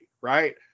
right